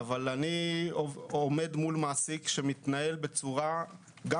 אני עומד מול מעסיק שמתנהל בצורה גם